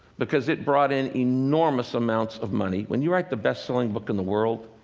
because it brought in enormous amounts of money. when you write the best-selling book in the world,